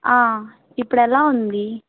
ఇప్పుడెలా ఉంది